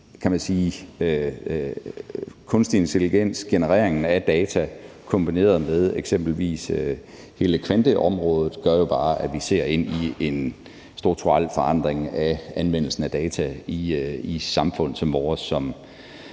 kunstige intelligens. Genereringen af data kombineret med eksempelvis hele kvanteområdet gør jo bare, at vi ser ind i en strukturel forandring af anvendelsen af data i et samfund som vores,